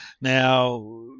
Now